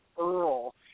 Earl